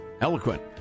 Eloquent